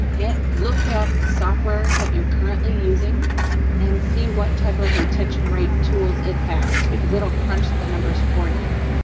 look at the software that you're currently using and see what type of retention rate tools it has because it'll crunch the numbers for you.